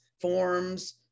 forms